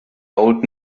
old